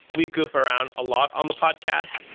we goof around a lot on the podcast.